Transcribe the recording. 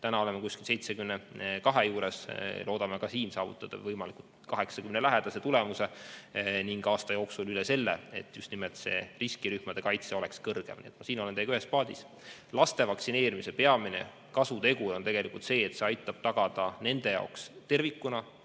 Täna oleme kuskil 72% juures, loodame ka siin saavutada võimalikult 80% lähedase tulemuse ning aasta jooksul üle selle, et just nimelt see riskirühmade kaitse oleks kõrgem. Nii et ma siin olen teiega ühes paadis. Laste vaktsineerimise peamine kasutegur on see, et see aitab tagada nende jaoks tervikuna